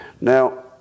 Now